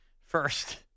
first